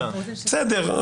בסדר.